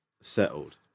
settled